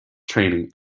training